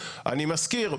אני מזכיר,